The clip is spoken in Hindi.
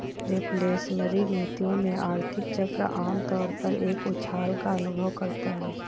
रिफ्लेशनरी नीतियों में, आर्थिक चक्र आम तौर पर एक उछाल का अनुभव करता है